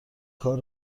کار